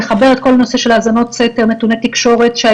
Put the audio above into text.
נחבר את כל נושא האזנות הסתר ונתוני תקשורת וחיפוש,